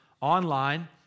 online